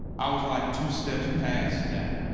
i was like two steps past that.